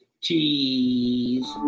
cheese